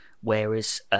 whereas